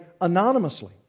anonymously